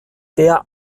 der